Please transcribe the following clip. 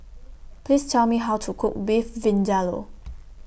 Please Tell Me How to Cook Beef Vindaloo